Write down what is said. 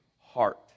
heart